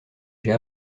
j’ai